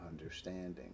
understanding